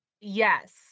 yes